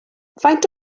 faint